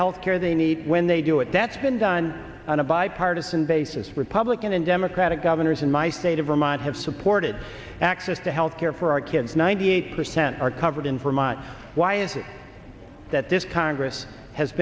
health care they need when they do it that's been done on a bipartisan basis republican and democratic governors in my state of vermont have supported access to health care for our kids ninety eight percent are covered in vermont why is it that this congress has